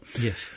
yes